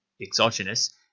exogenous